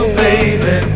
baby